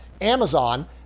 amazon